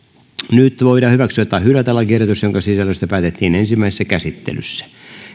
nyt voidaan hyväksyä tai hylätä lakiehdotus jonka sisällöstä päätettiin ensimmäisessä käsittelyssä